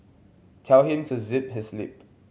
tell him to zip his lip